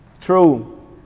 True